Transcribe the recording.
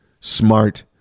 smart